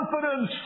confidence